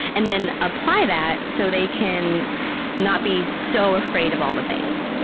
and then apply that so they can not be so afraid of all the things.